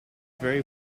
very